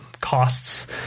costs